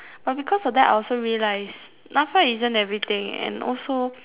but because of that I also realised NAFA isn't everything and also